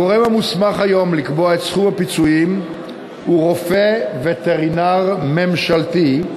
הגורם המוסמך היום לקבוע את סכום הפיצויים הוא רופא וטרינר ממשלתי,